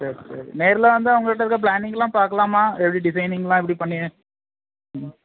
சரி சரி நேரில் வந்தால் உங்கக்கிட்டே இருக்க பிளானிங்லாம் பார்க்கலாமா எப்படி டிசைனிங்லாம் எப்படி பண்ணி ம்